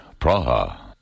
Praha